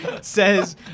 says